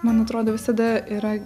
man atrodo visada yra